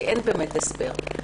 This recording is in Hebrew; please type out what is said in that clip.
כי אין באמת הסבר.